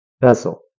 vessel